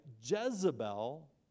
Jezebel